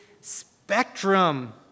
spectrum